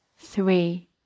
Three